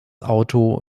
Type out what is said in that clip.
auto